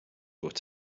what